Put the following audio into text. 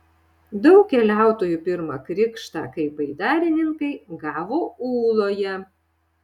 daug keliautojų pirmą krikštą kaip baidarininkai gavo ūloje